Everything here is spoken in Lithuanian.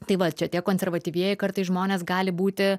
tai va čia tie konservatyvieji kartais žmonės gali būti